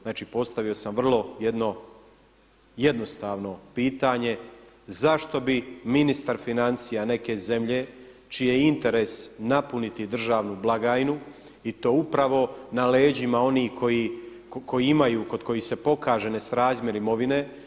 Znači postavio sam vrlo jedno jednostavno pitanje zašto bi ministar financija neke zemlje čiji je interes napuniti državnu blagajnu i to upravo na leđima onih koji imaju, kod kojih se pokaže nesrazmjer imovine.